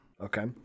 Okay